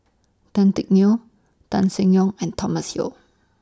Tan Teck Neo Tan Seng Yong and Thomas Yeo